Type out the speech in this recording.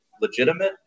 legitimate